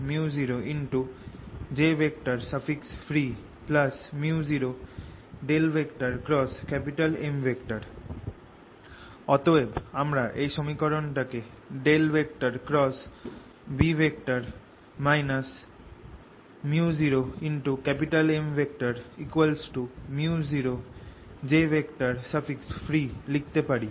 B µ0jfree µ0M অতএব আমরা এই সমীকরণ টাকে ×B µ0M µ0jfree লিখতে পারি